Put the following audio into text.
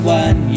one